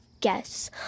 guess